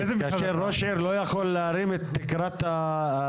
כאשר ראש עיר אינו יכול להרים את תקרת השכר,